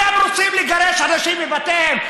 אתם רוצים לגרש אנשים מבתיהם.